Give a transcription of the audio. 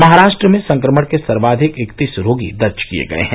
महाराष्ट्र में संक्रमण के सर्वाधिक इकतीस रोगी दर्ज किए गये हैं